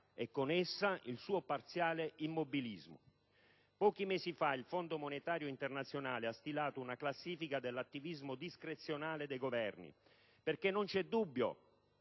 e, con essa, il suo parziale immobilismo. Pochi mesi fa il Fondo monetario internazionale ha stilato una classifica dell'attivismo discrezionale dei Governi, perché non c'è dubbio